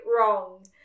wrong